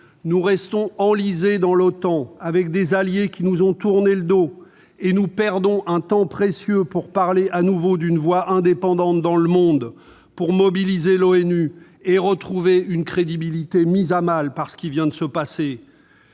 Nous restons enlisés dans l'OTAN, avec des alliés qui nous ont tourné le dos, et nous perdons un temps précieux pour parler à nouveau d'une voix indépendante dans le monde, pour mobiliser l'ONU et retrouver une crédibilité mise à mal par ce qui vient de se passer